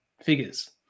figures